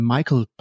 Michael